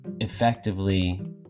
effectively